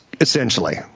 essentially